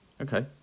Okay